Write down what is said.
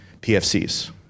PFCs